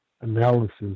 analysis